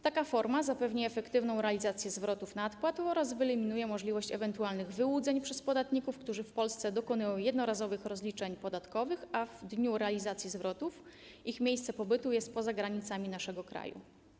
Taka forma pozwoli zapewnić efektywną realizację zwrotów nadpłat oraz wyeliminować możliwość ewentualnych wyłudzeń przez podatników, którzy dokonują w Polsce jednorazowych rozliczeń podatkowych, a w dniu realizacji zwrotów mają miejsce pobytu poza granicami naszego kraju.